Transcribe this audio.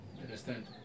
understand